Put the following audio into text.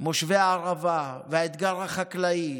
מושבי הערבה והאתגר החקלאי